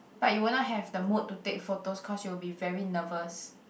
but you won't have the mood to take photos cause you will be very nervous